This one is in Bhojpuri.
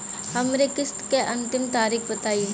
हमरे किस्त क अंतिम तारीख बताईं?